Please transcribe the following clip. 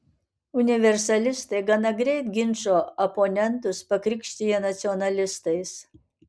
universalistai gana greit ginčo oponentus pakrikštija nacionalistais